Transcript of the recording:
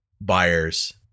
buyers